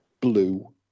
blue